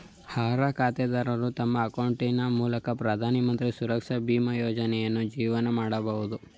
ಅರ್ಹ ಖಾತೆದಾರರು ತಮ್ಮ ಅಕೌಂಟಿನ ಮೂಲಕ ಪ್ರಧಾನಮಂತ್ರಿ ಸುರಕ್ಷಾ ಬೀಮಾ ಯೋಜ್ನಯನ್ನು ಜೀವನ್ ಮಾಡಬಹುದು